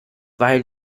weil